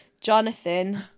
Jonathan